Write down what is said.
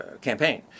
campaign